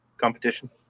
competition